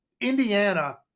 indiana